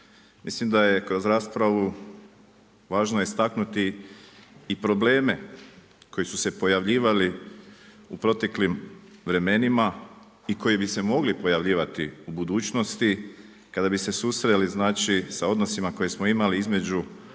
Mislim da je kroz raspravu važno istaknuti i probleme koji su se pojavljivali u proteklim vremenima i koji bi se mogli pojavljivati u budućnosti. Kada bi se susreli znači sa odnosima koje smo imali između